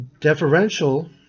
Deferential